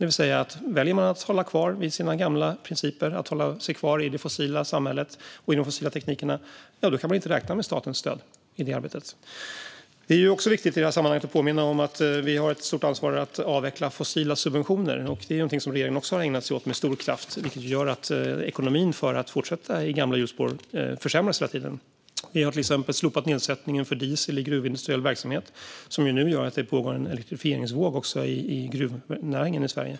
Väljer man att hålla fast vid gamla principer och stå kvar i det fossila samhället och de fossila teknikerna kan man inte räkna med statens stöd för det. I det här sammanhanget är det också viktigt att påminna om att vi har ett stort ansvar för att avveckla fossila subventioner. Det är någonting som regeringen också har ägnat sig åt med stor kraft. Det gör att ekonomin för att fortsätta i gamla hjulspår hela tiden försämras. Vi har till exempel slopat nedsättningen för diesel i gruvindustriell verksamhet, vilket gör att det nu pågår en elektrifieringsvåg också i gruvnäringen i Sverige.